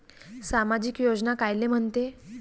सामाजिक योजना कायले म्हंते?